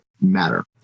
matter